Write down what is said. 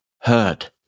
heard